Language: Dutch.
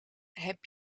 heb